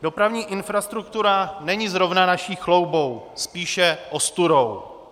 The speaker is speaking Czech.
Dopravní infrastruktura není zrovna naší chloubou, spíše ostudou.